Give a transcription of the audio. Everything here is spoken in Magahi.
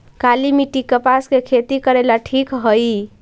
काली मिट्टी, कपास के खेती करेला ठिक हइ?